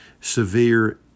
severe